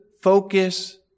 focus